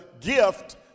gift